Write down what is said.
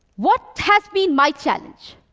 what has been my challenge?